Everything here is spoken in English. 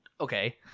Okay